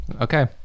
okay